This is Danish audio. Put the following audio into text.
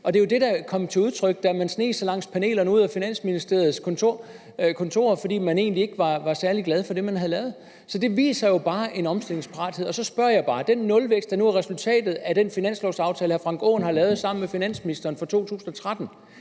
Det var jo det, der kom til udtryk, da man sneg sig langs panelerne, ud af Finansministeriets kontor, fordi man egentlig ikke var særlig glade for det, man havde lavet. Så det viser jo bare en omstillingsparathed. Nu har vi nulvækst, der er resultatet af den finanslovaftale, hr. Frank Aaen har lavet sammen med finansministeren for 2013.